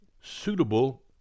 suitable